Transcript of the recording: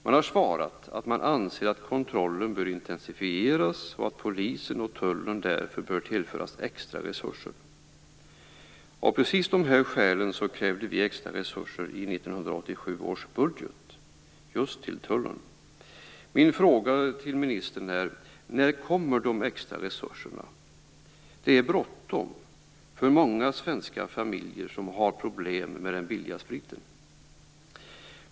Man har svarat att man anser att kontrollen bör intensifieras och att Polisen och Tullen därför bör tillföras extra resurser. Av precis dessa skäl krävde vi i 1997 års budget extra resurser just till Tullen. Min fråga till ministern är: När kommer de extra resurserna? Det är bråttom för många svenska familjer som har problem med den billiga spriten.